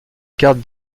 carte